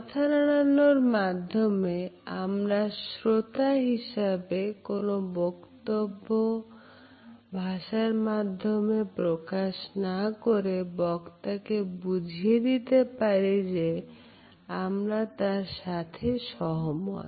মাথা নাড়ানোর মাধ্যমে আমরা শ্রোতা হিসেবে কোন বক্তব্য ভাষার মাধ্যমে প্রকাশ না করে বক্তা কে বুঝিয়ে দিতে পারি যে আমরা তার সাথে সহমত